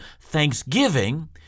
thanksgiving